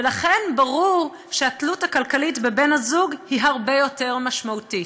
ולכן ברור שהתלות הכלכלית בבן-הזוג הרבה יותר משמעותית.